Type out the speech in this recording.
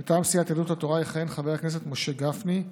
מטעם סיעת יהדות התורה יכהן חבר הכנסת משה גפני,